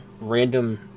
random